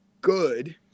good